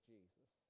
Jesus